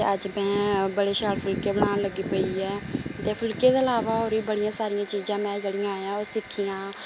ते अज्ज में बडे शैल फुलके बनान लग्गी पेई ऐ ते फुलके दे इलाबा और बी बडिया सारियां चीजां ना जेहड़ी में सिक्खी हां